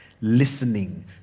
listening